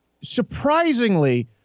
Surprisingly